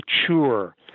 mature